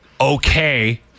okay